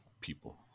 people